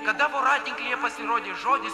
kada voratinklyje pasirodė žodis